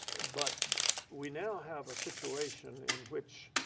but we now have a situation in which